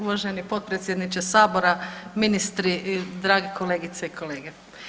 Uvaženi potpredsjedniče Sabora, ministri i drage kolegice i kolege.